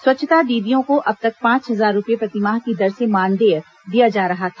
स्वच्छता दीदियों को अब तक पांच हजार रूपये प्रतिमाह की दर से मानदेय दिया जा रहा था